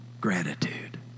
gratitude